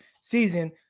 season